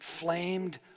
flamed